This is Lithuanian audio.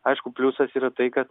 aišku pliusas yra tai kad